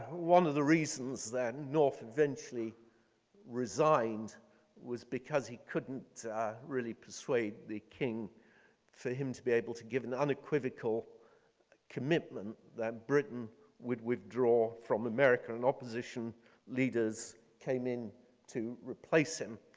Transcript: one of the reasons that north eventually resigned was because he couldn't really persuade the king for him to be able to give an unequivocal commitment that britain would withdraw from america. and opposition leaders came in to replace him.